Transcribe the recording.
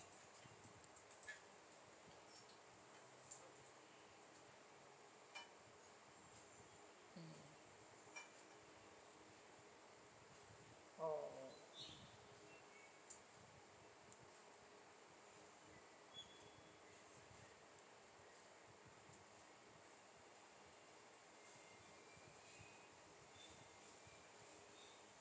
mm oh